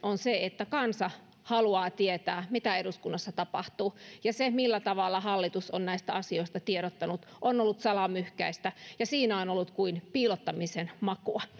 on että kansa haluaa tietää mitä eduskunnassa tapahtuu ja se millä tavalla hallitus on näistä asioista tiedottanut on ollut salamyhkäistä ja siinä on ollut kuin piilottamisen makua